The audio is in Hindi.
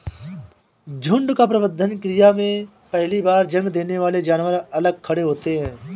झुंड का प्रबंधन क्रिया में पहली बार जन्म देने वाले जानवर अलग खड़े होते हैं